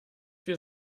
viel